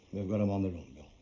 they've got them on the run,